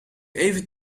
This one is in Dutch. even